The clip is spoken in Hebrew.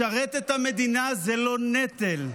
לשרת את המדינה זה לא נטל,